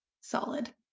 solid